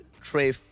tray